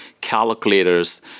calculators